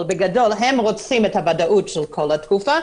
אבל בגדול הם רוצים ודאות של כל התקופה,